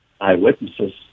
eyewitnesses